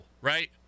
right